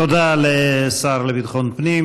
תודה לשר לביטחון פנים.